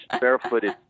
barefooted